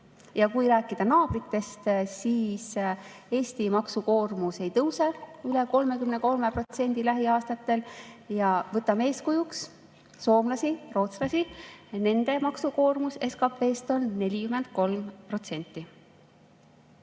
Ja kui rääkida naabritest, siis Eesti maksukoormus ei tõuse üle 33% lähiaastatel. Võtame eeskujuks soomlasi, rootslasi: nende maksukoormus on 43%